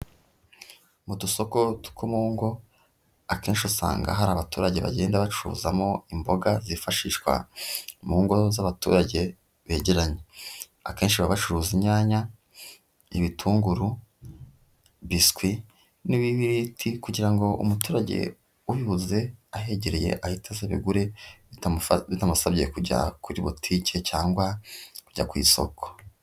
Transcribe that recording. Mu dusoko two mu ngo, akenshi usanga hari abaturage bagenda bacuruzamo imboga zifashishwa mu ngo z'abaturage begeranye. Akenshi baba bacuruza inyanya, ibitunguru, biswi n'ibibiriti, kugira ngo umuturage ubibuze ahegereye ahita azakubigura bitamusabye kujya kuri botiki cyangwa kujya ku isoko.